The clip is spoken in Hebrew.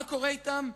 מה קורה אתם?